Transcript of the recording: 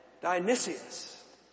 Dionysius